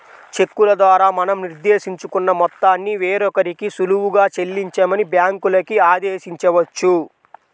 చెక్కుల ద్వారా మనం నిర్దేశించుకున్న మొత్తాన్ని వేరొకరికి సులువుగా చెల్లించమని బ్యాంకులకి ఆదేశించవచ్చు